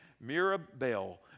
Mirabel